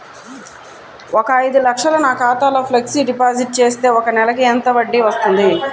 ఒక ఐదు లక్షలు నా ఖాతాలో ఫ్లెక్సీ డిపాజిట్ చేస్తే ఒక నెలకి ఎంత వడ్డీ వర్తిస్తుంది?